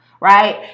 right